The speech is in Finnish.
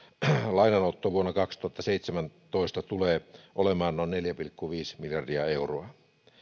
vuonna kaksituhattaseitsemäntoista tulee olemaan noin neljä pilkku viisi miljardia euroa